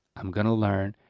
i'm gonna learn,